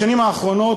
בשנים האחרונות,